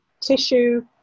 tissue